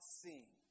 seen